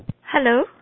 Hello